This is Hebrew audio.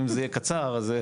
אם זה יהיה קצר או לא.